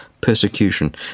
persecution